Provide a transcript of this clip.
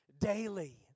daily